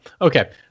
Okay